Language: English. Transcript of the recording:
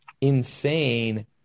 insane –